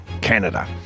Canada